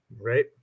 Right